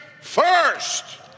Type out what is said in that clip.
first